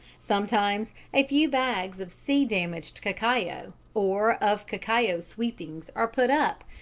sometimes a few bags of sea-damaged cacao or of cacao sweepings are put up,